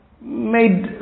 made